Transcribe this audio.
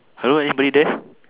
hello anybody there